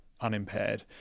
unimpaired